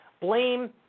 Blame